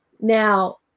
Now